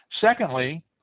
Secondly